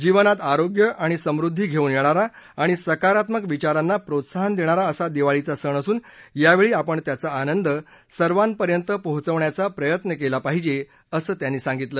जीवनात आरोग्य आणि समृद्धी घेऊन येणारा आणि सकारात्मक विचारांना प्रोत्साहन देणारा असा दिवाळीचा सण असून यावेळी आपण त्याचा आनंद सर्वांपर्यंत पोहोचवण्याचा प्रयत्न केला पाहिजे असं त्यांनी सांगितलं